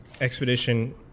expedition